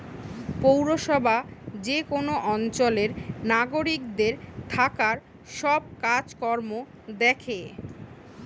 পৌরসভা যে কোন অঞ্চলের নাগরিকদের থাকার সব কাজ কর্ম দ্যাখে